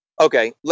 okay